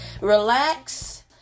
Relax